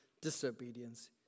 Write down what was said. disobedience